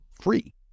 free